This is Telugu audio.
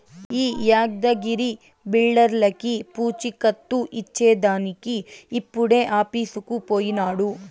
ఈ యాద్గగిరి బిల్డర్లకీ పూచీకత్తు ఇచ్చేదానికి ఇప్పుడే ఆఫీసుకు పోయినాడు